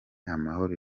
amahoro